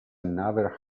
another